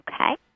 Okay